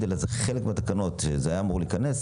אלא זה חלק מהתקנות וזה היה אמור להיכנס.